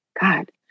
God